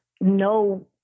no